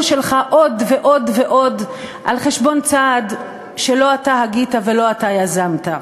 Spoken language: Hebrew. שלך עוד ועוד ועוד על חשבון צעד שלא אתה הגית ולא אתה יזמת.